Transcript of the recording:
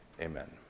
amen